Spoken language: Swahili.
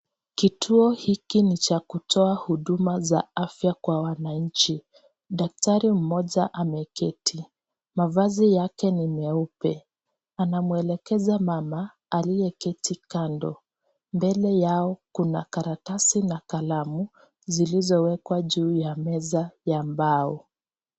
Kituo hiki ni cha kutoa huduma za afya kwa wananchi, daktari mmoja ameketi mavazi yake ni meupe anamwelekeza mama aliyeketi kando mbele yao kuna karatasi na kalamu zilizowekwa juu ya meza ya mbao.